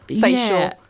facial